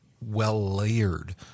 well-layered